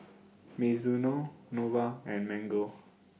Mizuno Nova and Mango